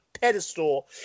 pedestal